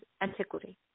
antiquity